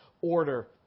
order